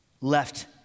left